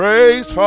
Praise